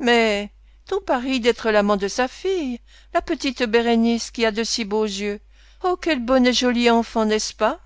mais ton pari d'être l'amant de sa fille la petite bérénice qui a de si beaux yeux oh quelle bonne et jolie enfant n'est-ce pas